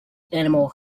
animal